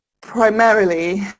primarily